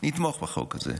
לכך אנחנו נתמוך בחוק הזה,